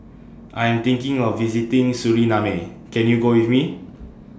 I Am thinking of visiting Suriname Can YOU Go with Me